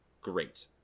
great